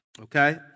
okay